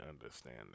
understand